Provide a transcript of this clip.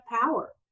power